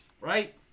Right